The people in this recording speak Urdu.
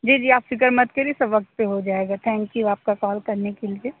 جی جی آپ فکر مت کریے سب وقت پہ ہو جائے گا تھینک یو آپ کا کال کرنے کے لیے